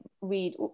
read